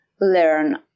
learn